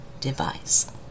device